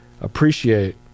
appreciate